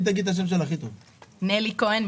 שלום לכולם,